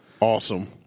Awesome